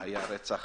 היה רצח